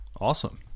Awesome